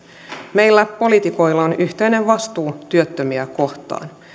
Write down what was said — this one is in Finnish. meillä poliitikoilla on yhteinen vastuu työttömiä kohtaan